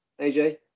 AJ